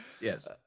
Yes